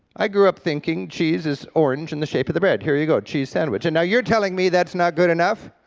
i grew up thinking cheese is orange and in the shape of the bread, here you go cheese sandwich, and now you're telling me that's not good enough?